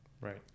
Right